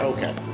Okay